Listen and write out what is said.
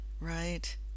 right